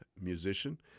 musician